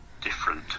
different